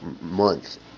month